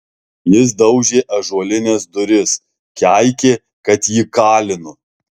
jis daužė ąžuolines duris keikė kad jį kalinu